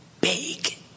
big